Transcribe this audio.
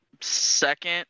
second